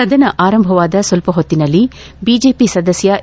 ಸದನ ಅರಂಭವಾದ ಸ್ವಲ್ಪ ಹೊತ್ತಿನಲ್ಲಿ ಬಿಜೆಪಿ ಸದಸ್ಯ ಎ